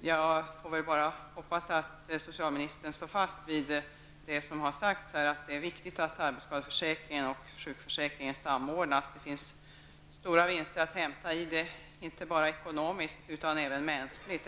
Jag kan bara hoppas att socialministern står fast vid vad som har sagts här om att det är viktigt att arbetsskade och sjukförsäkringen samordnas. Det finns stora vinster att hämta med en sådan samordning, inte bara ekonomiskt utan även mänskligt.